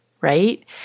right